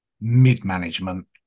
mid-management